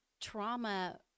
trauma –